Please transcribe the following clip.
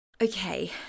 Okay